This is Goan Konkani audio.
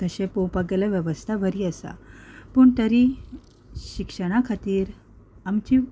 तशें पळोवपाक गेल्यार वेवस्था बरी आसा पूण तरी शिक्षणा खातीर आमची